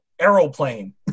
aeroplane